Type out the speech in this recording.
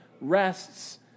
rests